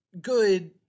good